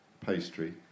pastry